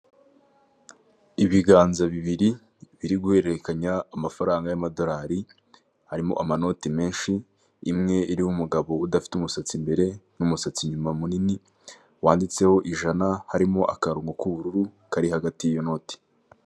Ibiganza bibiri biri guhererekanya amafaranga y'amadorari harimo amanoti menshi, imwe iriho umugabo udafite umusatsi imbere n'umusatsi inyuma munini, wanditseho ijana harimo akarongo k'ubururu kari hagati y'inoti.